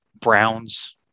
Browns